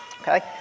Okay